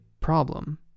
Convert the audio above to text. problem